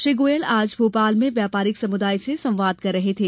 श्री गोयल आज भोपाल में व्यापारिक समुदाय से संवाद कर रहे थे